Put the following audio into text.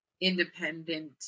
independent